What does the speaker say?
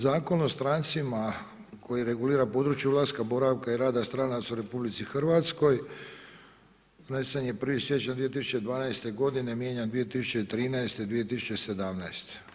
Zakon o strancima koji regulira područje ulaska, boravka i rada stranaca u RH donesen je 1. siječanj 2012. godine, mijenjan 2013., 2017.